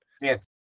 yes